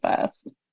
first